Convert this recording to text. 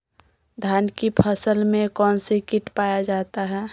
धान की फसल में कौन सी किट पाया जाता है?